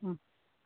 ஆ